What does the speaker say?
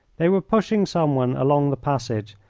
they were pushing someone along the passage,